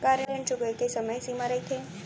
का ऋण चुकोय के समय सीमा रहिथे?